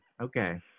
Okay